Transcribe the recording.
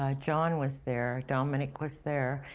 ah john was there, dominic was there.